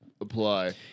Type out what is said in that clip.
apply